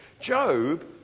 Job